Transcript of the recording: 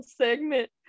segment